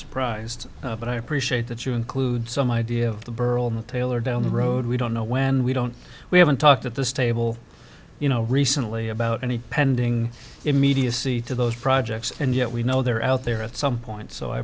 surprised but i appreciate that you include some idea of the borough i'm a tailor down the road we don't know when we don't we haven't talked at this table you know recently about any pending immediacy to those projects and yet we know they're out there at some point so i